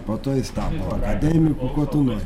po to jis tapo akademiku ko tu nori